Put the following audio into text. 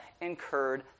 incurred